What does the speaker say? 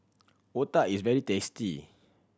Otah is very tasty